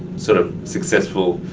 sort of successful